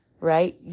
Right